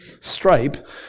stripe